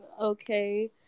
okay